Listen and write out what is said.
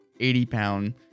80-pound